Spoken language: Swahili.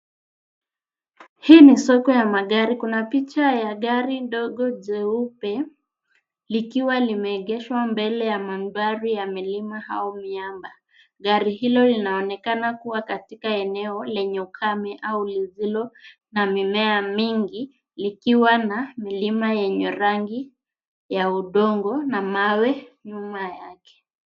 Hii ni soko ya magari. Kuna picha ya gari dogo jeupe likiwa limeegeshwa mbele ya mandhari ya milima au miamba. Gari hilo linaonekana kuwa katika eneo lenye ukame au lisilo na mimea mingi, likiwa na milima yenye rangi ya udongo na mawe nyuma yake.